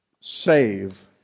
save